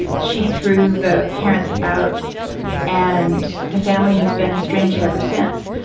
she threw the parents out and the family has been estranged ever since.